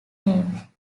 name